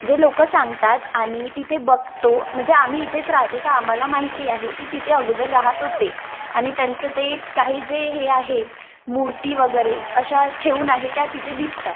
जे लोकं सांगतात आणि तिथे बघतो म्हणजे आम्ही इथेच राहतो तर आम्हाला माहिती आहे की तिथे अगोदर राहात होते आणि त्यांचं ते काही जे हे आहे मूर्ती वगैरे अशा ठेवुन आहे त्या तिथे दिसतात